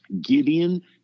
Gideon